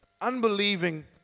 unbelieving